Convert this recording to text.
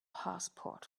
passport